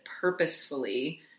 purposefully